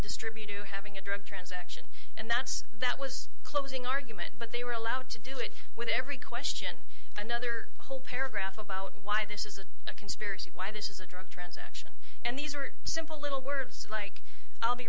distributor to having a drug transaction and that's that was closing argument but they were allowed to do it with every question another whole paragraph about why this isn't a conspiracy why this is a drug transaction and these are simple little words like i'll be